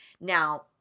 now